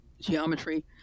geometry